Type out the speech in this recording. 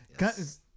Yes